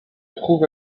trouve